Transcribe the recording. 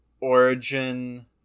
origin